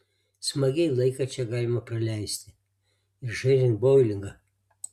smagiai laiką čia galima praleisti ir žaidžiant boulingą